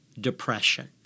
depression